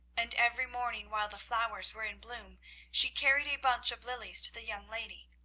and every morning while the flowers were in bloom she carried a bunch of lilies to the young lady.